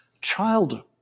child